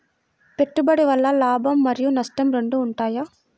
పెట్టుబడి వల్ల లాభం మరియు నష్టం రెండు ఉంటాయా?